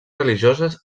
religioses